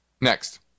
Next